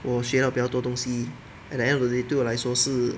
我学到比较多东西 at the end of the day 对我来说是